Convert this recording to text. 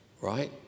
right